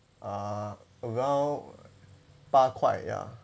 uh around 八块 ya